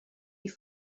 die